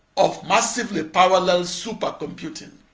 of massively parallel supercomputing.